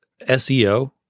SEO